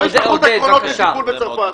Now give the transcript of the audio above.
לא ישלחו את הקרונות לתיקון בצרפת.